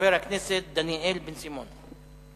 חבר הכנסת דניאל בן-סימון.